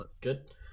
Good